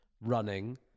running